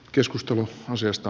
keskustelu asiasta